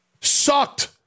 Sucked